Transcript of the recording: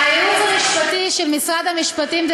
הייעוץ המשפטי של משרד המשפטים,